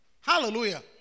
Hallelujah